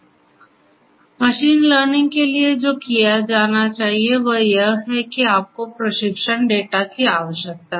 इसलिए machine learning के लिए जो किया जाना चाहिए वह यह है कि आपको प्रशिक्षण डेटा की आवश्यकता है